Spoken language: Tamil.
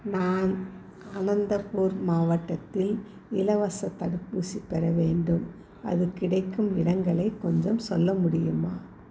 நான் அனந்தபூர் மாவட்டத்தில் இலவசத் தடுப்பூசி பெற வேண்டும் அது கிடைக்கும் இடங்களை கொஞ்சம் சொல்ல முடியுமா